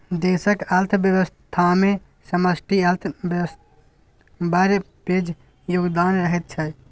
देशक अर्थव्यवस्थामे समष्टि अर्थशास्त्रक बड़ पैघ योगदान रहैत छै